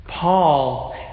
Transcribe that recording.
Paul